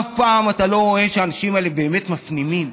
אף פעם אתה לא רואה שהאנשים האלה באמת מפנימים,